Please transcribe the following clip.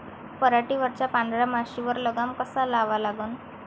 पराटीवरच्या पांढऱ्या माशीवर लगाम कसा लावा लागन?